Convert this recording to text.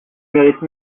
mérite